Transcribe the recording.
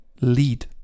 lead